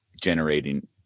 generating